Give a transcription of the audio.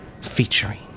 featuring